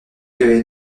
que